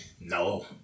No